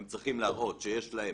והם צריכים להראות שיש להם